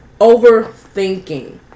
overthinking